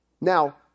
Now